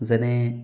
যেনে